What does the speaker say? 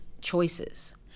choices